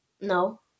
No